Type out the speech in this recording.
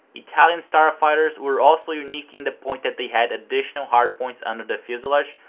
italian starfighters were also unique in the point that they had additional hardpoints under the fuselage,